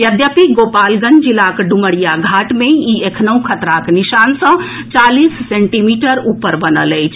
यद्यपि गोपालगंज जिलाक डुमरिया घाट मे ई एखनहुं खतराक निशान सँ चालीस सेंटीमीटर ऊपर बनल अछि